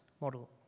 model